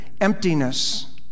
emptiness